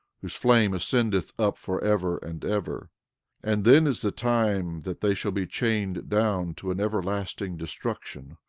whose flame ascendeth up forever and ever and then is the time that they shall be chained down to an everlasting destruction,